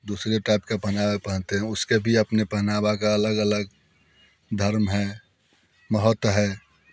दूसरे टाइप का पहनावा पहनते हैं उसके भी अपने पहनावा का अलग अलग धर्म है बहुत है